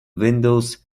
windows